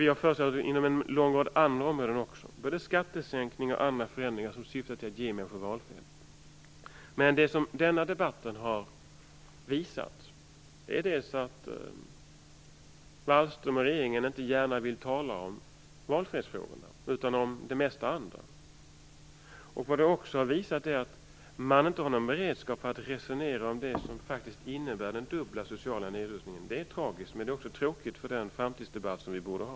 Vi har också inom en lång rad andra områden föreslagit både skattesänkningar och andra förändringar som syftar till att ge människor valfrihet. Men det som denna debatt har visat är dels att Wallström och regeringen inte gärna vill tala om valfrihetsfrågorna utan vill tala mest om annat, dels att man inte har någon beredskap att resonera om det som innebär den dubbla sociala nedrustningen. Det är tragiskt, men det är också tråkigt för den framtidsdebatt som vi borde ha.